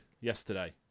yesterday